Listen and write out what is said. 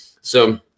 So-